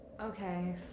Okay